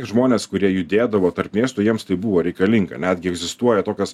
žmonės kurie judėdavo tarp miestų jiems tai buvo reikalinga netgi egzistuoja tokios